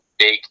big